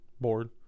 Bored